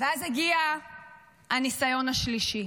ואז הגיע הניסיון השלישי: